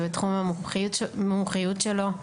זה תחום המומחיות שלו.